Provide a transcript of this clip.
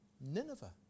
Nineveh